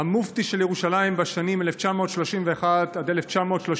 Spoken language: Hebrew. המופתי של ירושלים בשנים 1931 1937,